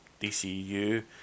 DCU